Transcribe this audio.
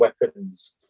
weapons